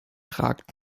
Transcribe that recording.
ragt